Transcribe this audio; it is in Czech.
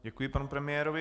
Děkuji panu premiérovi.